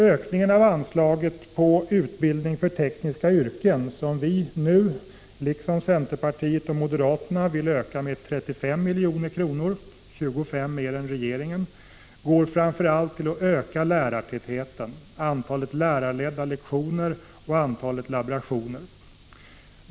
Ökningen av anslaget Utbildning för tekniska yrken, som vi nu — liksom centern och moderaterna — vill öka med 35 milj.kr., dvs. 25 miljoner mer än regeringen, går framför allt till att öka lärartätheten, antalet lärarledda lektioner, antalet laborationer etc.